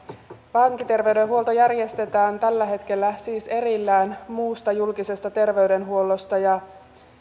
vankiterveydenhuolto järjestetään tällä hetkellä erillään muusta julkisesta terveydenhuollosta ja